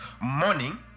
morning